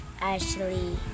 Ashley